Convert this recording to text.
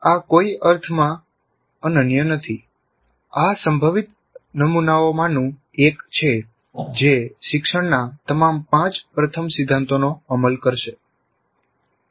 આ કોઈ અર્થમાં અનન્ય નથી આ સંભવિત નમૂનાઓમાંનું એક છે જે શિક્ષણના તમામ પાંચ પ્રથમ સિદ્ધાંતોનો અમલ કરશે